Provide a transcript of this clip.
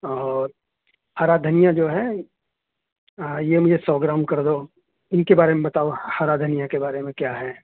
اور ہرا دھنیا جو ہے یہ مجھے سو گرام طگرامظ کر دو ان کے بارے میں بتاؤ ہرا دھنیا کے بارے میں کیا ہے